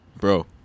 bro